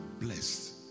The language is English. blessed